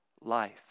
life